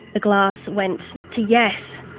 the glass went to yes.